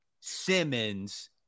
Simmons